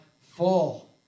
full